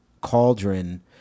cauldron